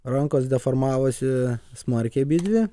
rankos deformavosi smarkiai abidvi